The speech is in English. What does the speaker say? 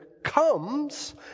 comes